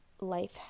life